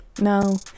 No